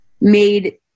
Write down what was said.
made